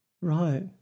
Right